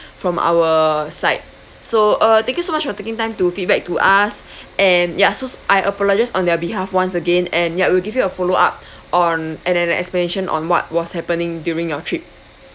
from our side so uh thank you so much of taking time to feedback to us and ya so s~ I apologise on their behalf once again and ya we'll give you a follow up on and an explanation on what was happening during your trip